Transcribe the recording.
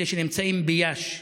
אלה שנמצאים ביאשי,